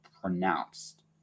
pronounced